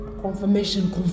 Confirmation